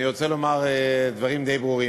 אני רוצה לומר דברים די ברורים.